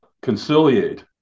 conciliate